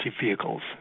vehicles